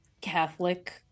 Catholic